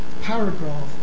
Paragraph